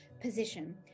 position